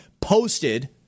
posted